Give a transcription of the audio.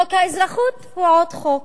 חוק האזרחות הוא עוד חוק.